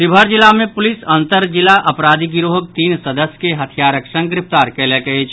शिवहर जिला मे पूलिस अंतर जिला अपराधी गिरोहक तीन सदस्य के हथियारक संग गिरफ्तार कयलक अछि